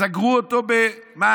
סגרו אותו במאסר,